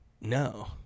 No